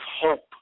hope